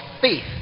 faith